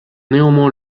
néanmoins